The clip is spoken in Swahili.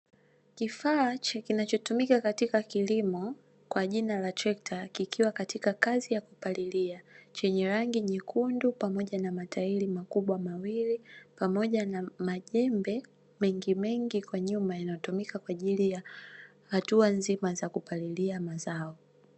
Kifaa kinachotumika katika kilimo kwa jina la trekta kikiwa katika kazi ya kupalilia chenye rangi nyekundu pamoja na matairi makubwa mawili pamoja na majembe mengi mengi kwa nyuma yanayotumika kwa ajili ya hatua nzima za kupalilia mazao.